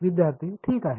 विद्यार्थी ठीक आहे